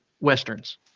westerns